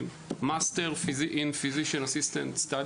Master in Physician Assistant Studies